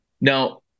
Now